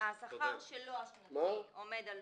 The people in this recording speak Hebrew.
השכר שלו עומד על